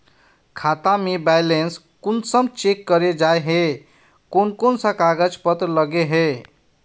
खाता में बैलेंस कुंसम चेक करे जाय है कोन कोन सा कागज पत्र लगे है?